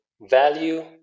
value